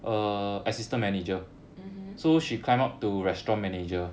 mmhmm